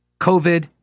COVID